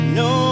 no